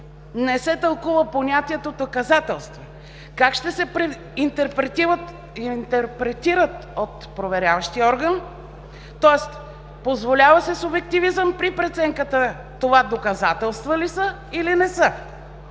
не се тълкува понятието „доказателство“. Как ще се интерпретират от проверяващия орган, тоест позволява се субективизъм при преценката това доказателства ли са, или не са.